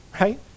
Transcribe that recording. right